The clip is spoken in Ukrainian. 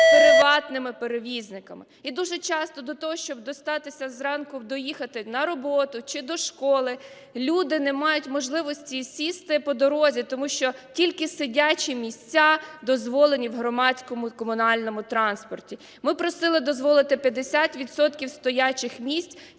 приватними перевізниками. І дуже часто для того, щоб дістатися зранку, доїхати на роботу чи до школи люди не мають можливості сісти по дорозі, тому що тільки сидячі місця дозволені в громадському і комунальному транспорті. Ми просили дозволити 50 відсотків стоячих місць,